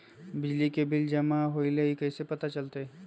बिजली के बिल जमा होईल ई कैसे पता चलतै?